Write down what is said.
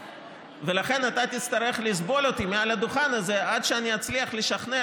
לכן אתה תצטרך לסבול אותי מעל הדוכן הזה עד שאני אצליח לשכנע